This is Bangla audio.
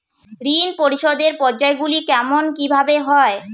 ঋণ পরিশোধের পর্যায়গুলি কেমন কিভাবে হয়?